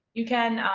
you can